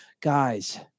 Guys